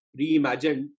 reimagined